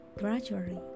Gradually